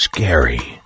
Scary